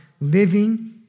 living